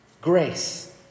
grace